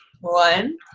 One